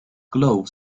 gloves